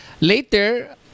later